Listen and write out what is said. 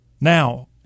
Now